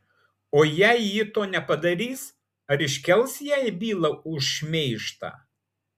o jei ji to nepadarys ar iškels jai bylą už šmeižtą